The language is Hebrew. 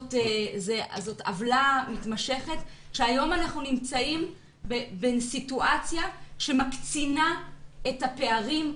זאת עוולה מתמשכת שהיום אנחנו נמצאים בסיטואציה שמקצינה את הפערים,